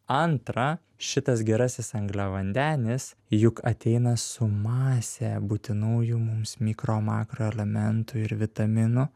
antra šitas gerasis angliavandenis juk ateina su mase būtinųjų mums mikro makroelementų ir vitaminų